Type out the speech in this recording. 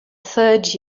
third